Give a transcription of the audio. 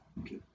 Okay